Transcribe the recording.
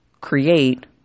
create